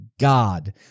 God